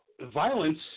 violence